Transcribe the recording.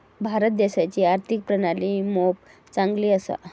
भारत देशाची आर्थिक प्रणाली मोप चांगली असा